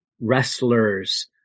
wrestlers